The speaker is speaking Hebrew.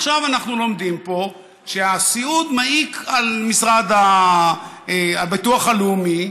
עכשיו אנחנו לומדים פה שהסיעוד מעיק על משרד הביטוח הלאומי,